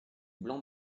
blanc